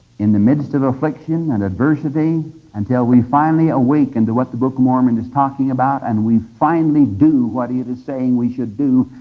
in the midst of affliction and adversity until we finally awaken to what the book of mormon is talking about and we finally do what it is saying we should do.